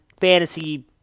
fantasy